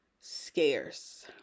scarce